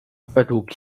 według